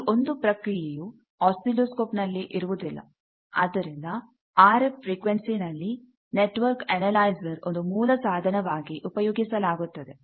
ಈ ಒಂದು ಪ್ರಕ್ರಿಯೆಯು ಆಸಿಲೋಸ್ಕೋಪ್ ನಲ್ಲಿ ಇರುವುದಿಲ್ಲ ಆದ್ದರಿಂದ ಆರ್ ಎಫ್ ಫ್ರಿಕ್ವೆನ್ಸಿ ಅಲ್ಲಿ ನೆಟ್ವರ್ಕ್ ಅನಲೈಸರ್ ಒಂದು ಮೂಲ ಸಾಧನವಾಗಿ ಉಪಯೋಗಿಸಲಾಗುತ್ತದೆ